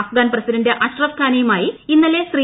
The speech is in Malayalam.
അഫ്ഗാൻ പ്രസിഡന്റ് അഷ്റഫ് ഖനിയുമായി ഇന്നലെ ശ്രീ